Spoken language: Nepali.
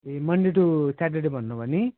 ए मनडे टु स्याटरडे भन्नुभयो नि